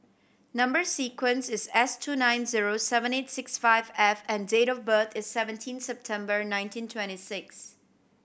number sequence is S two nine zero seven eight six five F and date of birth is seventeen September nineteen twenty six